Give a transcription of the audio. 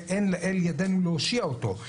ואין לאל ידינו להושיע אותו.